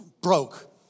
broke